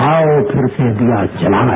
आओ फिर से दिया जलाए